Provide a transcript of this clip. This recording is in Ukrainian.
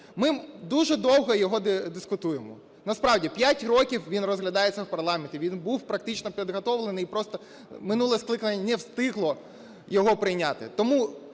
Ми дуже довго його дискутуємо. Насправді 5 років він розглядається в парламенті, він був практично підготовлений, просто минуле скликання не встигло його прийняти.